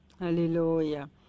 hallelujah